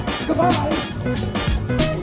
Goodbye